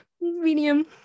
medium